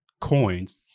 coins